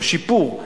בשיפור,